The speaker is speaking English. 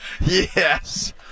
yes